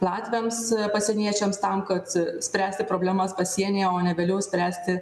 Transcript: latviams pasieniečiams tam kad spręsti problemas pasienyje o ne vėliau spręsti